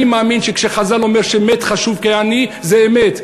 אני מאמין שכשחז"ל אומרים שעני חשוב כמת, זה אמת.